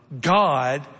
God